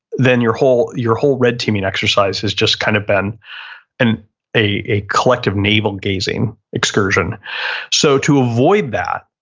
then your whole your whole red teaming exercise has just kind of been and a a collective navel gazing excursion so, to avoid that,